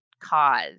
cause